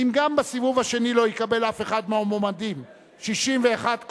אם גם בסיבוב השני לא יקבל אף אחד מהמועמדים 61 קולות,